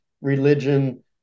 religion